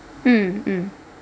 mm mm